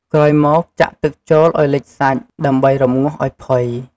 ក្រោយមកចាក់ទឹកចូលឱ្យលិចសាច់ ដើម្បីរម្ងាស់ឱ្យផុយ។